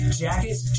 jackets